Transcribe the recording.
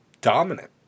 dominant